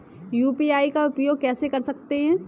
UPI का उपयोग कैसे कर सकते हैं?